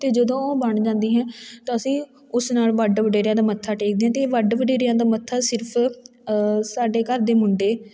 ਅਤੇ ਜਦੋਂ ਉਹ ਬਣ ਜਾਂਦੀ ਹੈ ਤਾਂ ਅਸੀਂ ਉਸ ਨਾਲ ਵੱਡ ਵਡੇਰਿਆਂ ਦਾ ਮੱਥਾ ਟੇਕਦੇ ਹਾਂ ਅਤੇ ਇਹ ਵੱਡ ਵਡੇਰਿਆਂ ਦਾ ਮੱਥਾ ਸਿਰਫ ਸਾਡੇ ਘਰ ਦੇ ਮੁੰਡੇ